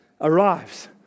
Arrives